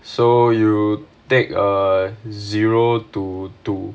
so you take a zero to two